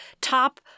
top